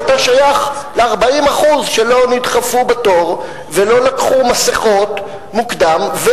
כי אתה שייך ל-40% שלא נדחפו בתור ולא לקחו מסכות מוקדם,